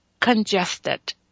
congested